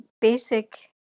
basic